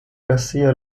garcía